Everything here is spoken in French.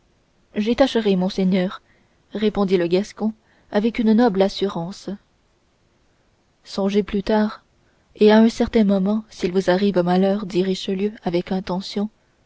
j'y tâcherai monseigneur répondit le gascon avec une noble assurance songez plus tard et à un certain moment s'il vous arrive malheur dit richelieu avec intention